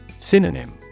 Synonym